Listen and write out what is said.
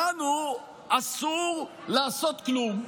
לנו אסור לעשות כלום,